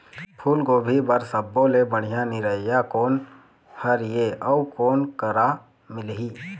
फूलगोभी बर सब्बो ले बढ़िया निरैया कोन हर ये अउ कोन करा मिलही?